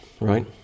right